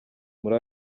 muri